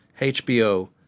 HBO